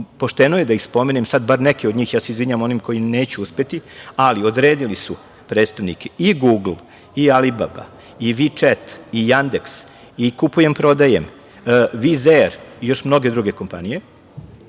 je da ih spomenem, sada bar neke od njih, ja se izvinjavam onima koje neću uspeti, ali odredili su predstavnike i Gugl i Alibaba i Vičet, i Andeks i Kupujem-prodajem, Viz Er i još mnoge druge kompanije. Na